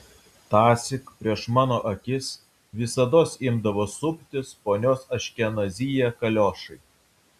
tąsyk prieš mano akis visados imdavo suptis ponios aškenazyje kaliošai